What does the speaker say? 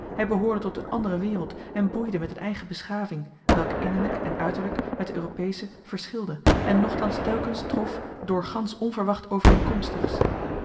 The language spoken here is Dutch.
hij behoorde tot een andere wereld en boeide met een eigen beschaving welke innerlijk en uiterlijk met de europeesche verschilde en nochtans telkens trof door gansch onverwacht overeenkomstigs